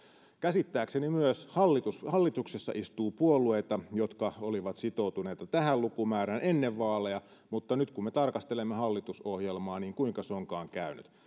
käsittääkseni myös hallituksessa istuu puolueita jotka olivat sitoutuneita tähän lukumäärään ennen vaaleja mutta nyt kun me tarkastelemme hallitusohjelmaa niin kuinkas onkaan käynyt